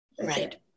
Right